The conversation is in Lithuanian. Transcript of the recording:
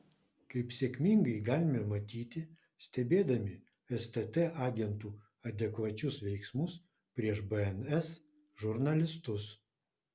kaip sėkmingai galime matyti stebėdami stt agentų adekvačius veiksmus prieš bns žurnalistus